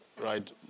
right